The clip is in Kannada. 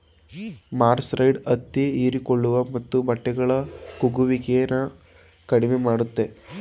ಮರ್ಸರೈಸ್ಡ್ ಹತ್ತಿ ಹೀರಿಕೊಳ್ಳುವ ಮತ್ತು ಬಟ್ಟೆಗಳ ಕುಗ್ಗುವಿಕೆನ ಕಡಿಮೆ ಮಾಡ್ತದೆ